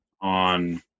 on